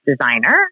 designer